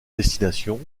destination